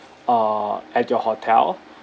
uh at your hotel